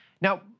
Now